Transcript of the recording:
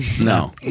No